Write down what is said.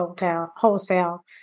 wholesale